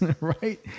right